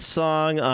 song